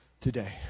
today